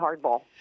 hardball